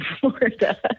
Florida